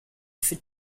for